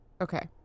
okay